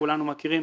שכולנו מכירים,